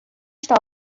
está